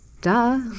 duh